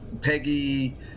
Peggy